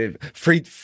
free